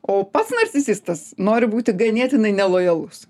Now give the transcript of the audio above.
o pats narcisistas nori būti ganėtinai nelojalus